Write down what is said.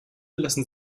lassen